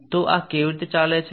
તો આ તે કેવી રીતે ચાલે છે